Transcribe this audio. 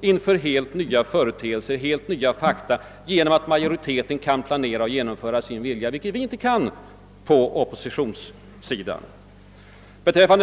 inför helt nya företeelser och helt nya fakta. Majoriteten kan planera och genomföra sin vilja, vilket vi på oppositionssidan inte kan.